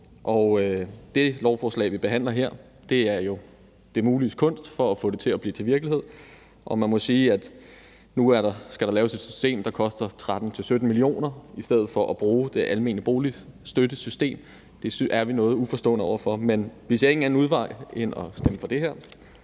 og det lovforslag, vi behandler her, er jo det muliges kunst for at få det til at blive til virkelighed. Man må sige, at nu skal der laves et system, der koster 13-17 mio. kr., i stedet for at bruge boligstøttesystemet til almene boliger. Det er vi noget uforstående over for, men vi ser ingen anden udvej end at stemme for det her,